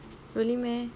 really meh